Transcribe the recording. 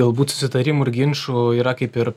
galbūt susitarimų ir ginčų yra kaip ir